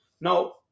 Now